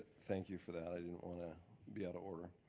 thank you for that, i didn't wanna be out of order.